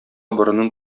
борынын